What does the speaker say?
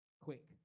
quick